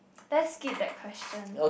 let's skip that question